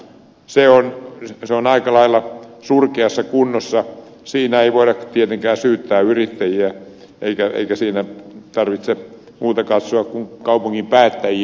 se on aika lailla surkeassa kunnossa siinä ei voida tietenkään syyttää yrittäjiä eikä siinä tarvitse muuta kuin katsoa kaupungin päättäjiin